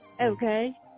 Okay